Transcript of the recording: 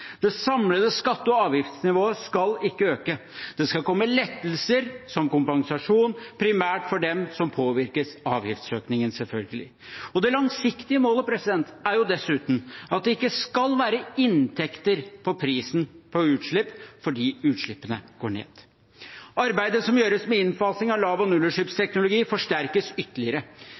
Det samlede skatte- og avgiftsnivået skal ikke øke. Det skal komme lettelser som kompensasjon, selvfølgelig primært for dem som påvirkes av avgiftsøkningen. Det langsiktige målet er dessuten at det ikke skal være inntekter fra prisen på utslipp fordi utslippene går ned. Arbeidet som gjøres med innfasing av lav- og nullutslippsteknologi, forsterkes ytterligere.